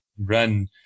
run